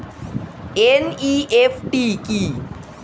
NEFT কি?